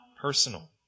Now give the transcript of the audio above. personal